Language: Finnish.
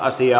asia